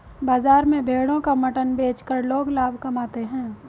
बाजार में भेड़ों का मटन बेचकर लोग लाभ कमाते है